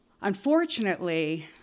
Unfortunately